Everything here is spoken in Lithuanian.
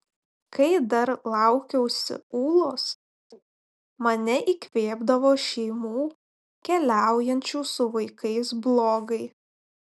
kai dar laukiausi ūlos mane įkvėpdavo šeimų keliaujančių su vaikais blogai